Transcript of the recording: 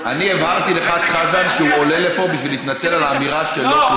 אני הבהרתי לחה"כ חזן שהוא עולה לפה בשביל להתנצל על האמירה שלו כלפיי,